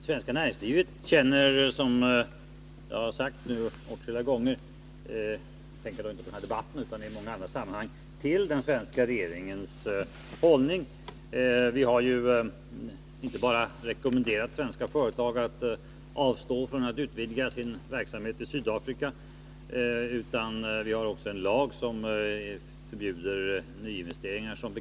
Herr talman! Som jag har sagt åtskilliga gånger — jag tänker då inte bara på den här debatten utan på andra sammanhang — känner näringslivet till den svenska regeringens hållning. Vi har ju f.ö. inte bara rekommenderat svenska företag att avstå från att utvidga sin verksamhet i Sydafrika utan vi har också en lag som förbjuder nyinvesteringar.